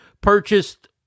purchased